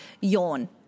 Yawn